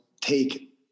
take